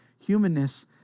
humanness